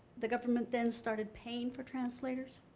the government then started paying for translators?